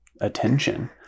attention